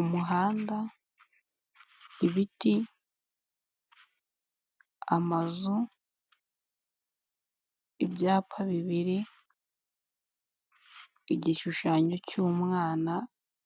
Umuhanda, ibiti, amazu, ibyapa bibiri, igishushanyo cy'umwana